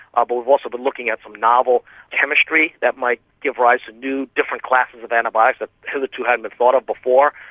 ah but we've also also been looking at some novel chemistry that might give rise to new different classes of antibiotics that hitherto haven't been thought of before.